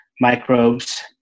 Microbes